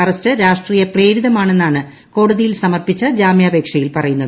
arrest രാഷ്ട്രീയ പ്രേരിതമാണെന്നാണ് കോടതിയിൽ സമർപ്പിച്ച ജാമ്യാപേക്ഷയിൽ പറയുന്നത്